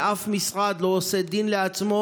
ואף משרד לא עושה דין לעצמו